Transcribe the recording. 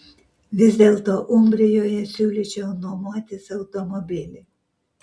vis dėlto umbrijoje siūlyčiau nuomotis automobilį